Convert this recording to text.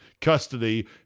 custody